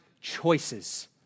choices